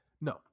No